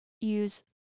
use